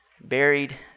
buried